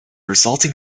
resulting